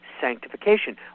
sanctification